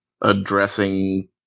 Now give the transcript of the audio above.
addressing